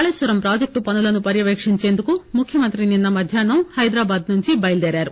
Kaleshwaram project పనులను పర్యవేక్షించేందుకు ముఖ్యమంత్రి నిన్న మధ్యాహ్నం హైదరాబాద్ నుంచి బయలుదేరారు